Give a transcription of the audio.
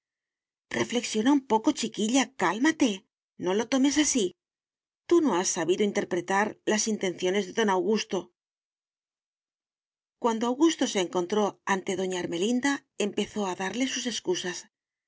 reflexiona un poco chiquilla cálmate no lo tomes así tú no has sabido interpretar las intenciones de don augusto cuando augusto se encontró ante doña ermelinda empezó a darle sus excusas